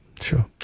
Sure